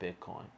Bitcoin